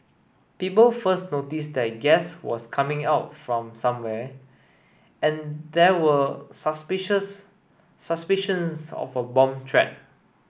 people first noticed that gas was coming out from somewhere and there were suspicious suspicions of a bomb threat